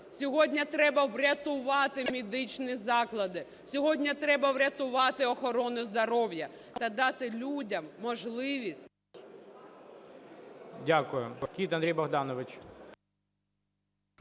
Сьогодні треба врятувати медичні заклади. Сьогодні треба врятувати охорону здоров'я та дати людям можливість…